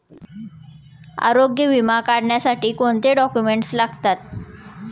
आरोग्य विमा काढण्यासाठी कोणते डॉक्युमेंट्स लागतात?